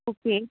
okay